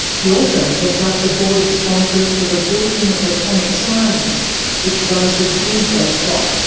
he also heads up the board of sponsors for the bulletin of atomic scientists which runs the doomsday clock,